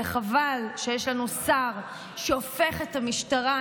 וחבל שיש לנו שר שהופך את המשטרה,